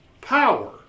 power